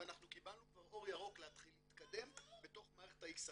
ואנחנו קיבלנו כבר אור ירוק להתחיל להתקדם בתוך מערכת ה-XRM.